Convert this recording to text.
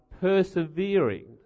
persevering